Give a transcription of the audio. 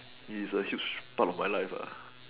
it is a huge part of my life ah